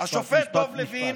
משפט.